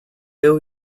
owe